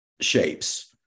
shapes